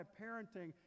parenting